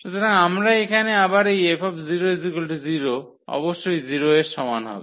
সুতরাং আমরা এখানে আবার এই 𝐹 0 অবশ্যই 0 এর সমান হবে